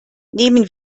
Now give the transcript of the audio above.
nehmen